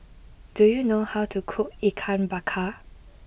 do you know how to cook Ikan Bakar